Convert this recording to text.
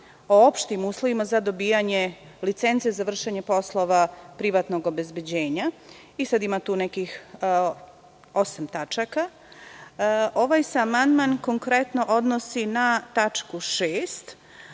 o opštim uslovima za dobijanje licence za vršenje poslova privatnog obezbeđenja i sad tu ima nekih osam tačaka. Ovaj se amandman konkretno odnosi na tačku 6.